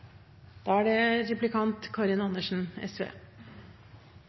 Da er det